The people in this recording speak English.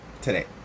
today